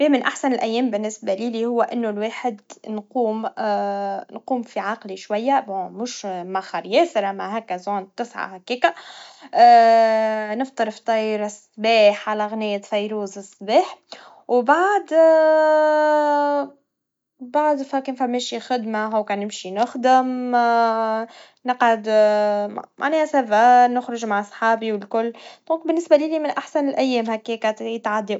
باهي, من أحسن الأيام بالنسبا لي لي, هوا إن الواحد نقوم نقوم في عقلي شويا جيد, موش مخريا, سلام مع هكا سون تصحى هكاكا, نفطر فطير الصباح على اغنية فيروز الصباح, وبعد, بعد فا كان فنمشي خدما, و نمشي نخدم, نقعد معناها سا فا, نمشي مع صحابي والكل, لذلك بالنسبا لي لي, من أحسن الأيام هكاكا, وتعدي.